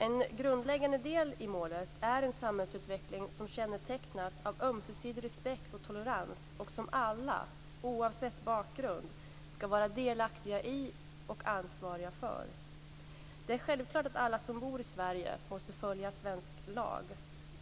En grundläggande del i målet är en samhällsutveckling som kännetecknas av ömsesidig respekt och tolerans och som alla, oavsett bakgrund, ska vara delaktiga i och ansvariga för. Det är självklart att alla som bor i Sverige måste följa svensk lag.